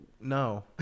no